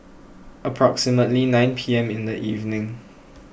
approximately nine P M in the evening